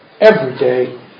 everyday